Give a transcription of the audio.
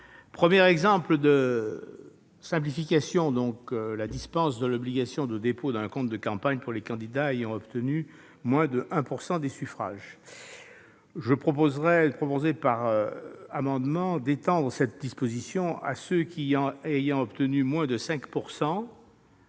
Premier exemple de simplification : la dispense de l'obligation de dépôt d'un compte de campagne pour les candidats ayant obtenu moins de 1 % des suffrages. Je défendrai un amendement tendant à étendre cette disposition aux candidats qui, ayant obtenu moins de 5